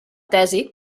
tesi